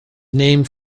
named